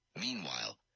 Meanwhile